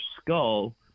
skull